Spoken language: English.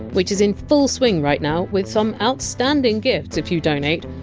which is in full swing right now, with some outstanding gifts if you donate,